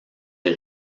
des